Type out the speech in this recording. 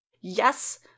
Yes